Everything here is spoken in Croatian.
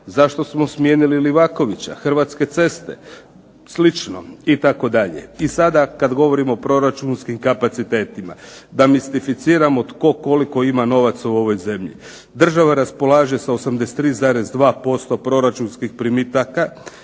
zašto smo smijenili Livakovića, Hrvatske cesta i slično itd. I sada kada govorimo o proračunskim kapacitetima da mistificiramo tko koliko ima novaca u ovoj zemlji. Država raspolaže sa 83,2% proračunskih primitaka